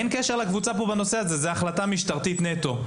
אין קשר לקבוצה בנושא הזה, זאת החלטה משטרתית נטו.